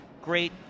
great